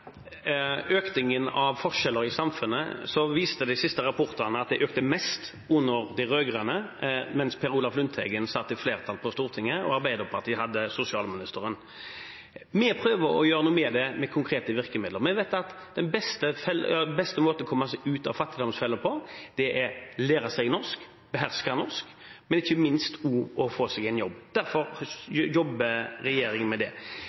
økningen i forskjeller i samfunnet, viste de siste rapportene at de økte mest under de rød-grønne, mens Per Olaf Lundteigen satt i flertall på Stortinget, og Arbeiderpartiet hadde sosialministeren. Vi prøver å gjøre noe med dette, med konkrete virkemidler. Vi vet at den beste måten å komme seg ut av fattigdomsfellen på, er å lære seg og beherske norsk, men ikke minst også å få seg en jobb. Derfor jobber regjeringen med det.